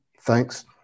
Thanks